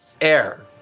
air